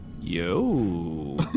Yo